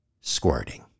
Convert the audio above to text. squirting